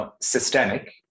systemic